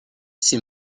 ses